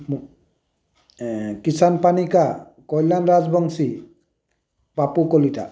মো কৃষাণ পানিকা কল্য়াণ ৰাজবংশী পাপু কলিতা